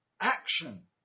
action